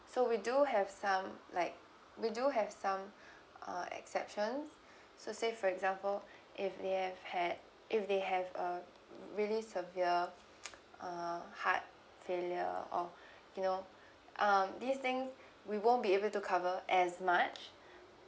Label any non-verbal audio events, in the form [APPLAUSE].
so we do have some like we do have some [BREATH] uh exception [BREATH] so say for example if they have had if they have a really severe uh heart failure or [BREATH] you know uh this thing we won't be able to cover as much